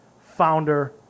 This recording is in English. founder